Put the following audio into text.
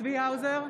צבי האוזר,